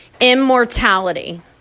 immortality